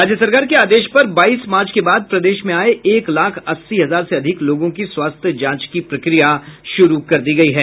राज्य सरकार के आदेश पर बाईस मार्च के बाद प्रदेश में आये एक लाख अस्सी हजार से अधिक लोगों की स्वास्थ्य जांच की प्रक्रिया शुरू की गयी है